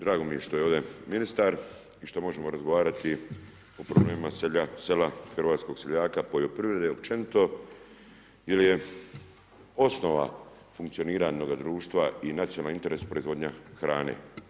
Drago mi je što je ovdje ministar i što možemo razgovarati o problemima sela, hrvatskog seljaka, poljoprivrede općenito jer je osnova funkcioniranja jednog društva i nacionalnog interesa, proizvodnja hrane.